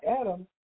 Adam